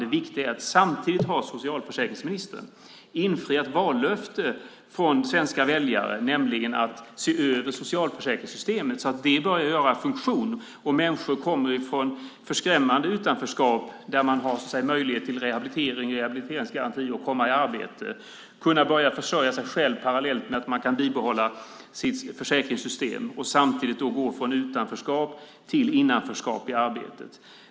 Det viktiga är att samtidigt har socialförsäkringsministern infriat ett vallöfte till svenska väljare, nämligen att se över socialförsäkringssystemet så att det börjar fungera och människor kommer från ett skrämmande utanförskap och får möjlighet till rehabilitering och rehabiliteringsgarantier för att komma i arbete. De kommer att kunna börja försörja sig själva parallellt med att de kan behålla sin försäkring. De går från utanförskap till innanförskap i arbetet.